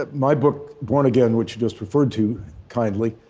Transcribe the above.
ah my book, born again, which you just referred to kindly,